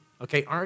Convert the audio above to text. Okay